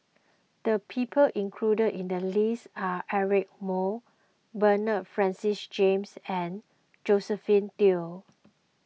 the people included in the list are Eric Moo Bernard Francis James and Josephine Teo